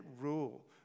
rule